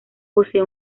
posee